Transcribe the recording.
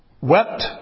wept